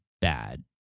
bad